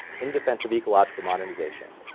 in defense of ecological modernization,